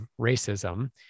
racism